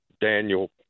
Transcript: Daniel